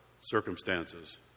circumstances